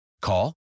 Call